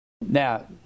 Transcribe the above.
Now